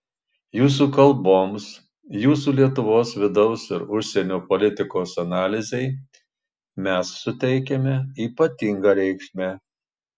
jūsų kalboms jūsų lietuvos vidaus ir užsienio politikos analizei mes suteikiame ypatingą reikšmę